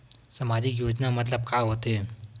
सामजिक योजना मतलब का होथे?